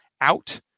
out